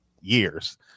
years